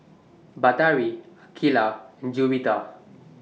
Batari Aqeelah and Juwita